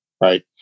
right